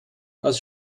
aus